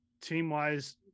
team-wise